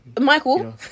Michael